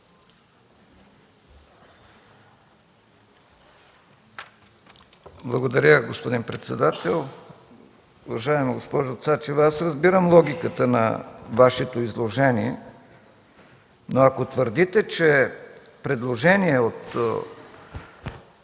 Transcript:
Благодаря, господин председател. Уважаема госпожо Цачева, аз разбирам логиката на Вашето изложение, но ако твърдите, че предложение от